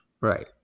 Right